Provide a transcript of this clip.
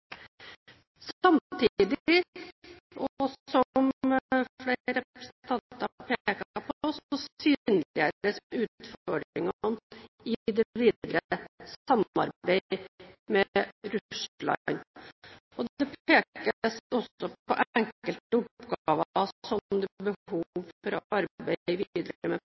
Samtidig – som flere representanter pekte på – synliggjøres utfordringene i det videre samarbeidet med Russland. Det pekes også på enkelte oppgaver som det er behov for